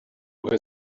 his